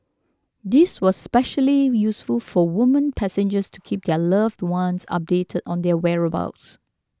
this was especially useful for women passengers to keep their loved ones updated on their whereabouts